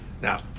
Now